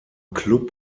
klub